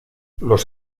los